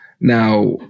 now